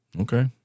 Okay